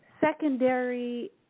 secondary